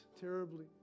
terribly